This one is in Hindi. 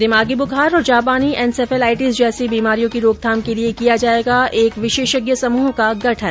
दिमागी बुखार और जापानी एनसेफेलाइटिस जैसी बीमारियों की रोकथाम के लिए किया जाएगा एक विशेषज्ञ समूह का गठन